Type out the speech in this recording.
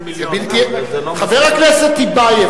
חבר הכנסת טיבייב,